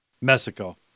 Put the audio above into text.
Mexico